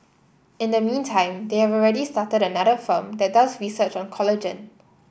in the meantime they have already started another firm that does research on collagen